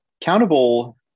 Countable